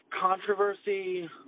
controversy